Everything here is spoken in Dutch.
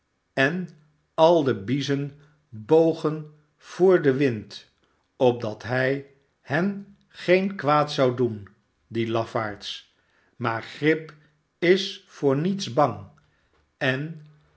en al de biezen bogen voor den wind opdat hij hen geen kwaad zou doen die lafaards maar grip is voor niets bang en